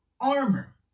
armor